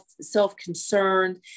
self-concerned